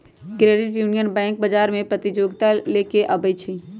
credit union bank बजार में प्रतिजोगिता लेके आबै छइ